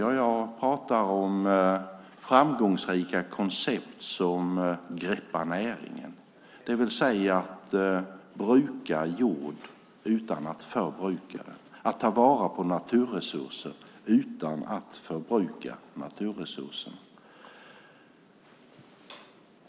Jag pratar om framgångsrika koncept som greppar näringen, det vill säga att bruka jord utan att förbruka den, att ta vara på naturresurserna utan att förbruka naturresurserna.